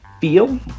feel